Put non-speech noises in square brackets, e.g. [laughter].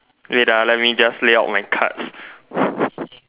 wait ah let me just lay out my cards [noise]